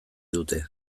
dute